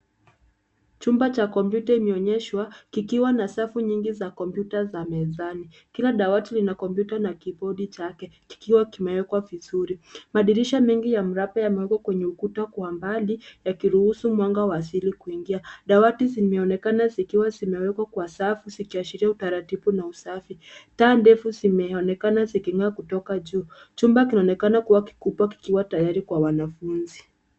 Chumba cha kompyuta imeonyeshwa kikiwa na safu nyingi za kompyuta za mezani. Kila dawati lina kompyuta na kibodi chake, kikiwa kimewekwa vizuri. Madirisha mengi ya mraba yamewekwa kwenye ukuta kwa mbali, yakiruhusu mwanga wa asili kuingia. Dawati zimeonekana zikiwa zimewekwa kwa safu, zikiashiria utaratibu na usafi. Taa ndefu zimeonekana ziking'aa kutoka juu. Chumba kinaonekana kuwa kikubwa kikiwa tayari kwa wanafunzi.